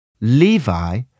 Levi